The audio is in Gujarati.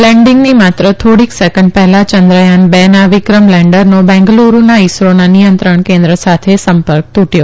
લેન્ડીંગની માત્ર થોડી સેકન્ડ પહેલા ચંદ્રયાન બે ના વિક્રમ લેન્ડરનો બેંગાલુરૂના ઈસરોના નિયંત્રણ કેન્દ્ર સાથે સંપર્ક તુટયો